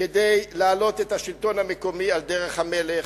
כדי להעלות את השלטון המקומי על דרך המלך,